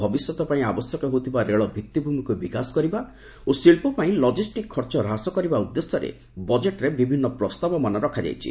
ଭବିଷ୍ୟତ ପାଇଁ ଆବଶ୍ୟକ ହେଉଥିବା ରେଳ ଭିଭିଭିମିକୁ ବିକାଶ କରିବା ଓ ଶିଳ୍ପ ପାଇଁ ଲଜିଷ୍ଟିକ୍ ଖର୍ଚ୍ଚ ହ୍ରାସ କରିବା ଉଦ୍ଦେଶ୍ୟରେ ବଜେଟରେ ବିଭିନ୍ନ ପ୍ରସ୍ତାବମାନ ରଖାଯାଇଛି